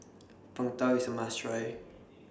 Png Tao IS A must Try